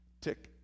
Tick